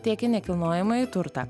tiek į nekilnojamąjį turtą